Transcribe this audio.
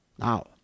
Now